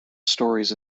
stories